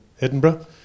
Edinburgh